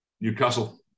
newcastle